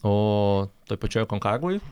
o toj pačioje konkagvoj